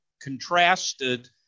contrasted